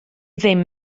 ddim